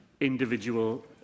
individual